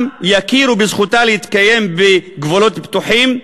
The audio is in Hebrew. יכירו בזכותה להתקיים בגבולות בטוחים,